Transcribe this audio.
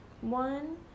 One